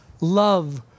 love